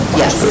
yes